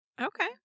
Okay